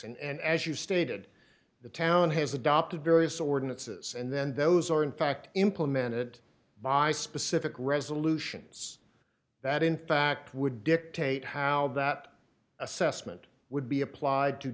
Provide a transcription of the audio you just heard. and as you stated the town has adopted various ordinances and then those are in fact implemented by specific resolutions that in fact would dictate how that assessment would be applied to